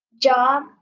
job